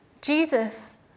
Jesus